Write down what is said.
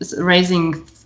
raising